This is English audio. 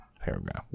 paragraph